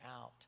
out